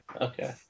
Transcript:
Okay